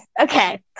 okay